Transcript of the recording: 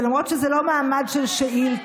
למרות שזה לא מעמד של שאילתה,